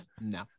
No